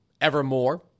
evermore